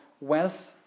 wealth